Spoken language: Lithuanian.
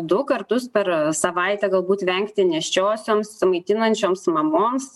du kartus per savaitę galbūt vengti nėščiosioms maitinančioms mamoms